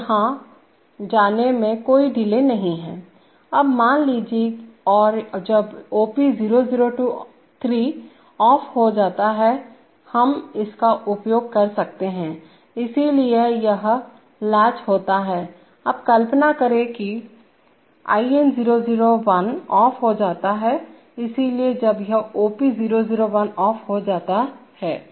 तो वहाँ जाने में कोई डिले नहीं है अब मान लीजिए और जब OP003 ऑफ हो जाता हैहम इसका उपयोग कर सकते हैं इसलिए यह लैच होता हैं अब कल्पना करें कि IN001 ऑफ हो जाता है इसलिए जब यह OP001 ऑफ हो जाता है